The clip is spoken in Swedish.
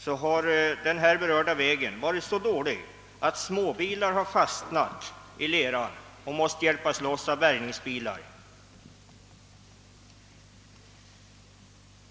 vår har denna väg varit så dålig att småbilar har fastnat i leran och måst hjälpas loss av bärgningsbilar.